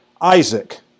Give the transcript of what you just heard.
Isaac